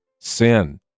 sin